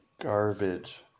garbage